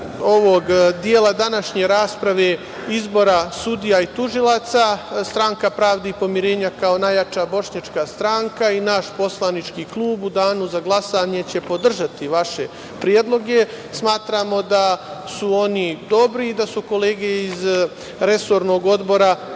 ovog dela današnje rasprave, izbora sudija i tužilaca, Stranka pravde i pomirenja, kao najjača bošnjačka stranka, i naš poslanički klub u danu za glasanje će podržati vaše predloge. Smatramo da su oni dobri i da su kolege iz resornog odbora